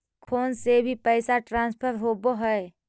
Phone से भी पैसा ट्रांसफर होवहै?